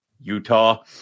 Utah